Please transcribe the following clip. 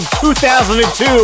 2002